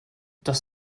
das